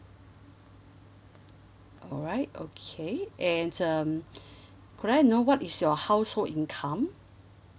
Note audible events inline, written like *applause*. alright okay and um *breath* could I know what is your household income